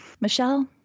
Michelle